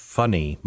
funny